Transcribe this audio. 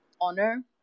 honor